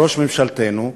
ראש ממשלתנו,